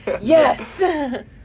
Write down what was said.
Yes